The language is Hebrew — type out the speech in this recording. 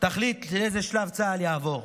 תחליט לאיזה שלב צה"ל יעבור.